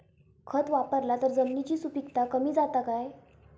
खत वापरला तर जमिनीची सुपीकता कमी जाता काय?